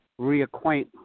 reacquaint